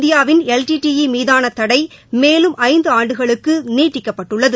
இந்தியாவில் L T T E மீதான தடை மேலும் ஐந்து ஆண்டுகளுக்கு நீட்டிக்கப்பட்டுள்ளது